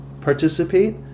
participate